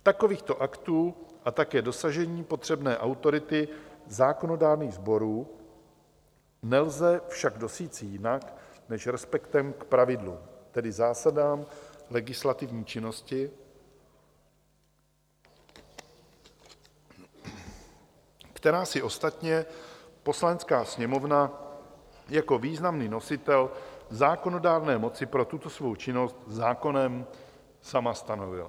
Takovýchto aktů a také dosažení potřebné autority zákonodárných sborů nelze však dosíci jinak než respektem k pravidlům, tedy zásadám legislativní činnosti, která si ostatně Poslanecká sněmovna jako významný nositel zákonodárné moci pro tuto svou činnost zákonem sama stanovila.